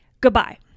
goodbye